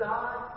God